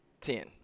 Ten